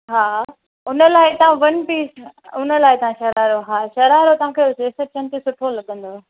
हा उन लाइ तव्हां वन पीस उन लाइ तव्हां शरारा हा शरारा तव्हां खे रिसेप्शन ते सुठो लॻंदव